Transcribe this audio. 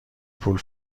پول